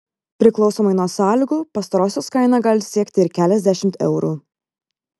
priklausomai nuo sąlygų pastarosios kaina gali siekti ir keliasdešimt eurų